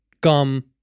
gum